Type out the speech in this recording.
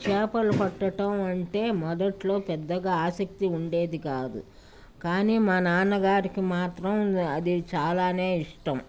చేపలు పట్టటం అంటే మొదట్లో పెద్దగా ఆసక్తి ఉండేది కాదు కానీ మా నాన్నగారికి మాత్రం అది చాలానే ఇష్టం